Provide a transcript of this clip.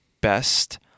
best